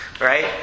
right